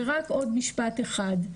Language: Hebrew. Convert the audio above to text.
ורק עוד משפט אחד.